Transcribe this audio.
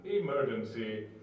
emergency